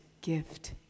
gift